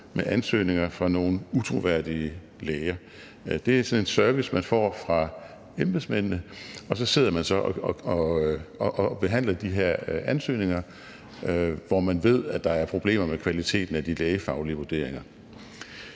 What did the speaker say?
ansøgninger fra nogle utroværdige læger er sorteret ud i bunker. Det er sådan en service, man får fra embedsmændene, og så sidder man og behandler de her ansøgninger, hvor man ved, at der er problemer med kvaliteten af de lægefaglige vurderinger.